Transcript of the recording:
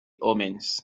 omens